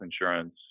insurance